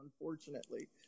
Unfortunately